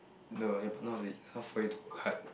no your partner must be enough for you to work hard